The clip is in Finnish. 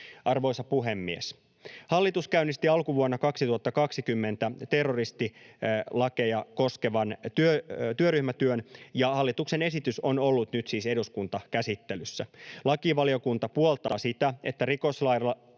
Arvoisa puhemies! Hallitus käynnisti alkuvuonna 2020 terroristilakeja koskevan työryhmätyön, ja hallituksen esitys on ollut nyt siis eduskuntakäsittelyssä. Lakivaliokunta puoltaa sitä, että rikoslailla